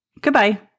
Goodbye